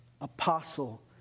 apostle